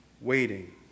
waiting